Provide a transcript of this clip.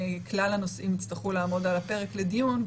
כלל הנושאים יצטרכו לעמוד על הפרק לדיון,